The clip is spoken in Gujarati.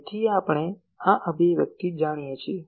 તેથી આપણે આ અભિવ્યક્તિ જાણીએ છીએ